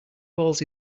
balls